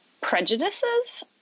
prejudices